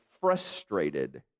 frustrated